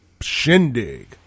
shindig